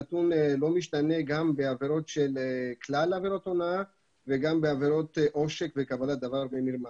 הנתון לא משתנה גם בכלל עבירות הונאה וגם בעבירות עושק וקבלת דבר במרמה.